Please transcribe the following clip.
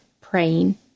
praying